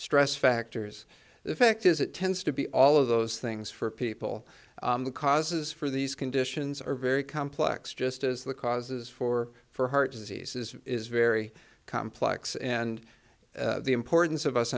stress factors the fact is it tends to be all of those things for people the causes for these conditions are very complex just as the causes for for heart diseases is very complex and the importance of us